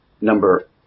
number